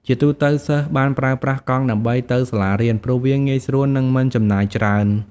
ជាទូទៅសិស្សបានប្រើប្រាស់កង់ដើម្បីទៅសាលារៀនព្រោះវាងាយស្រួលនិងមិនចំណាយច្រើន។